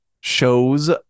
shows